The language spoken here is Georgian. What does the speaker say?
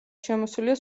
შემოსილია